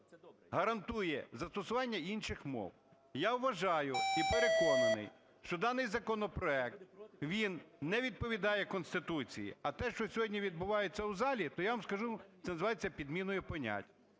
гарантує застосування інших мов. Я вважаю і переконаний, що даний законопроект він не відповідає Конституції, а те, що сьогодні відбувається у залі, то я вам скажу, це називається підміною понять.